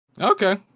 okay